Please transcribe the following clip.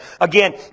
again